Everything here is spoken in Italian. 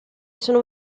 sono